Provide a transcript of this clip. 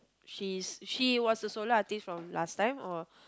she's she was a solo artist from last time or